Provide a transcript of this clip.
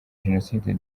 jenoside